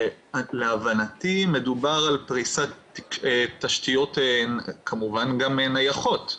להבנתי מדובר על פריסת תשתיות כמובן גם נייחות,